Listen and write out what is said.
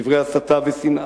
דברי הסתה ושנאה,